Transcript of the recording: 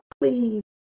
please